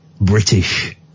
British